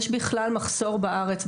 יש בכלל מחסור בארץ,